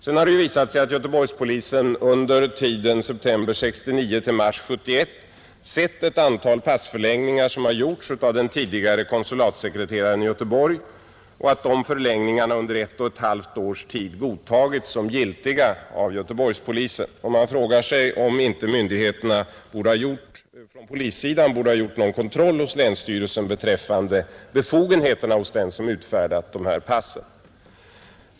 Sedan har det ju visat sig att Göteborgspolisen under tiden september 1969 — mars 1971 sett ett antal passförlängningar som har gjorts av den tidigare konsulatsekreteraren i Göteborg och att de förlängningarna under ett och ett halvt års tid godtagits som giltiga av Göteborgspolisen. Man frågar sig om inte polismyndigheterna borde ha gjort någon kontroll hos länsstyrelsen beträffande befogenheterna hos den som utfärdat dessa pass.